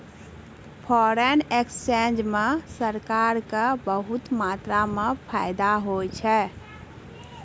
foreign exchange म सरकार क बहुत मात्रा म फायदा होय छै